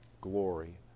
glory